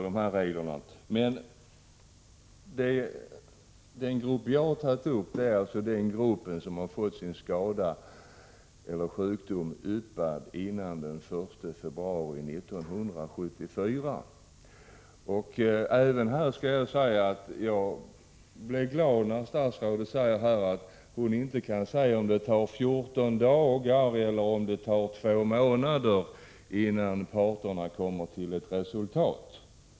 Den grupp som jag avser är de människor som fått sin skada eller sjukdom yppad före den 1 februari 1974. Statsrådet säger att hon inte kan säga om det tar 14 dagar eller 2 månader, innan parternas överläggningar kan ge resultat.